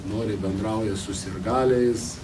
noriai bendrauja su sirgaliais